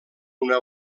una